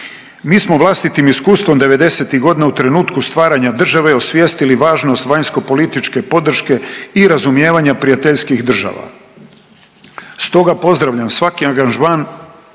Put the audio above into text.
Mi smo vlastitim iskustvom 90-tih godina u trenutku stvaranja države osvjestili važnost vanjskopolitičke podrške i razumijevanja prijateljskih država. Stoga pozdravljam svaki angažman